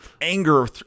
anger